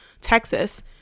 Texas